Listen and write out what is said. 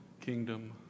kingdom